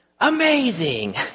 amazing